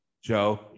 Joe